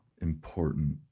important